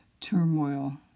turmoil